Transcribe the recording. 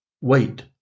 Wait